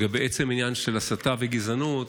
לגבי עצם העניין של הסתה וגזענות,